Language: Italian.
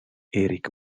eric